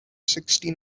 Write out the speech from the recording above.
sixty